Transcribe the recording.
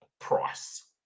price